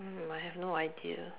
hmm I have no idea